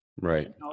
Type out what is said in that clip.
Right